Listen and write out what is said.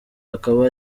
akaba